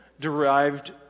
derived